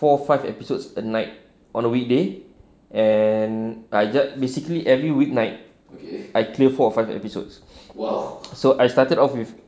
four five episodes a night on a weekday and I just basically every weeknight I clear four or five episodes so I started off with